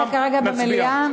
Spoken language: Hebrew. נכון לכרגע במליאה.